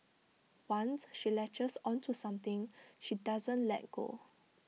once she latches onto something she doesn't let go